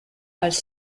als